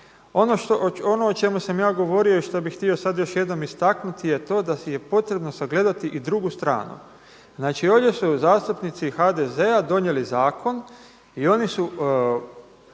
Ono o čemu sam ja govorio i što bih htio sad još jednom istaknuti je to da je potrebno sagledati i drugu stranu. Znači, ovdje su zastupnici HDZ-a donijeli zakon i oni su